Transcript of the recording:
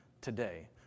today